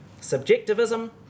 Subjectivism